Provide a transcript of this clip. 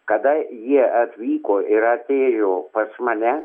kada jie atvyko ir atėjo pas mane